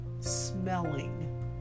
smelling